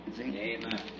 Amen